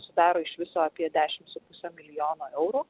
sudaro iš viso apie dešim su puse milijono eurų